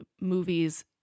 movies